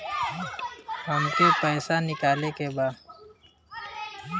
हमके पैसा निकाले के बा